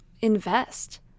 invest